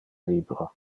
libro